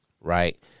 right